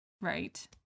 Right